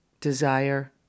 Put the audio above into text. desire